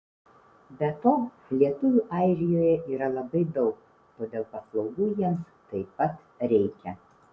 be to lietuvių airijoje yra labai daug todėl paslaugų jiems taip pat reikia